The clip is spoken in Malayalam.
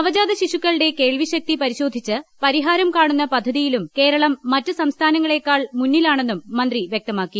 നവജാത ശിശുക്കളുടെ കേൾവിശക്തി പരിശോധിച്ച് പരിഹാരം കാണുന്ന പദ്ധതിയിലും കേരളം മറ്റ് സംസ്ഥാനങ്ങളേക്കാൾ മുന്നിലാണെന്നും മന്ത്രി വ്യക്തമാക്കി